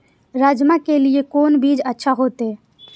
राजमा के लिए कोन बीज अच्छा होते?